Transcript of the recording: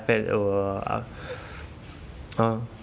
(uh huh)